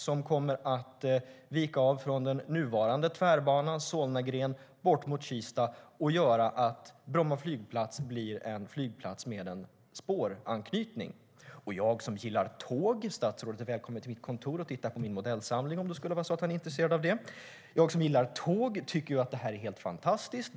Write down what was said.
Det kommer att vika av från den nuvarande Tvärbanans Solnagren bort mot Kista och göra att Bromma flygplats blir en flygplats med en spåranknytning. Jag som gillar tåg - statsrådet är välkommen till mitt kontor för att titta på min modellsamling om han är intresserad - tycker att det är helt fantastiskt.